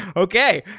okay.